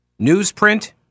Newsprint